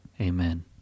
Amen